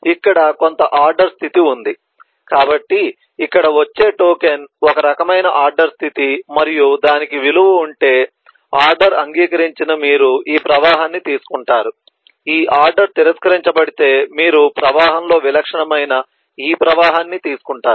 ఇక్కడ కొంత ఆర్డర్ స్థితి ఉంది కాబట్టి ఇక్కడ వచ్చే టోకెన్ ఒక రకమైన ఆర్డర్ స్థితి మరియు దానికి విలువ ఉంటే ఆర్డర్ అంగీకరించిన మీరు ఈ ప్రవాహాన్ని తీసుకుంటారు ఈ ఆర్డర్ తిరస్కరించబడితే మీరు ప్రవాహంలో విలక్షణమైన ఈ ప్రవాహాన్ని తీసుకుంటారు